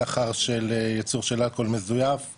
סחר של ייצור של אלכוהול מזויף,